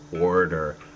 order